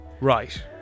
Right